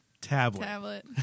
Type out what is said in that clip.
Tablet